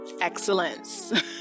excellence